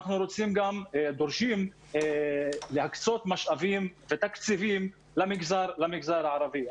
אנחנו דורשים גם להקצות משאבים ותקציבים למגזר הערבי.